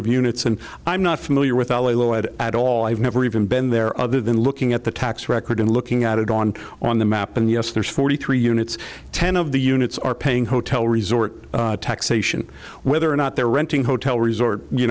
of units and i'm not familiar with ali little ed at all i've never even been there other than looking at the tax record and looking at it on on the map and yes there's forty three units ten of the units are paying hotel resort taxation whether or not they're renting hotel resort you